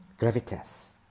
gravitas